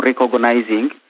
recognizing